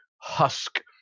husk